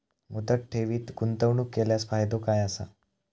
मुदत ठेवीत गुंतवणूक केल्यास फायदो काय आसा?